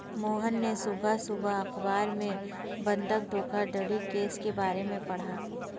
मोहन ने सुबह सुबह अखबार में बंधक धोखाधड़ी केस के बारे में पढ़ा